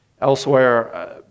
Elsewhere